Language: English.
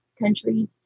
country